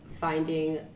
finding